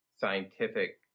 scientific